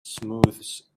smooths